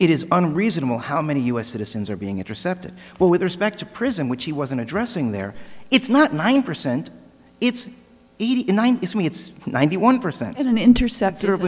it is unreasonable how many u s citizens are being intercepted well with respect to prison which he wasn't addressing there it's not nine percent it's eighty in one thousand it's ninety one percent is an intercept cer